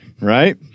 right